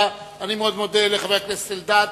אני מאוד מודה לחבר הכנסת אלדד.